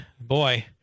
boy